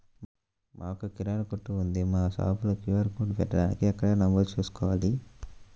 మాకు కిరాణా కొట్టు ఉంది మా షాప్లో క్యూ.ఆర్ కోడ్ పెట్టడానికి ఎక్కడ నమోదు చేసుకోవాలీ?